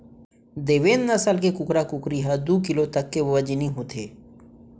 देवेन्द नसल के कुकरा कुकरी ह दू किलो तक के बजनी होथे